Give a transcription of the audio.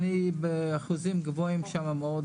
לכן המגזר החרדי באחוזים מאוד גבוהים שם.